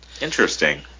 Interesting